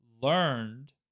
learned